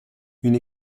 une